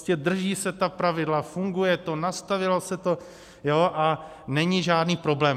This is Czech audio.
Prostě drží se ta pravidla, funguje to, nastavilo se to a není žádný problém.